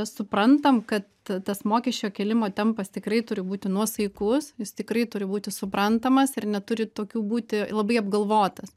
suprantam kad tas mokesčio kėlimo tempas tikrai turi būti nuosaikus jis tikrai turi būti suprantamas ir neturi tokių būti labai apgalvotas